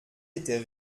était